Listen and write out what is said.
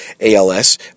ALS